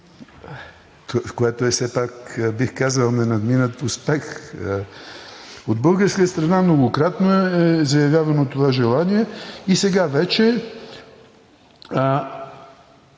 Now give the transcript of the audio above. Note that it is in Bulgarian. което все пак е, бих казал, ненадминат успех. От българска страна многократно е заявявано това желание и сега вече